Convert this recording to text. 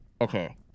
okay